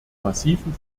massiven